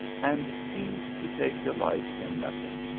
and seemed to take delight in nothing.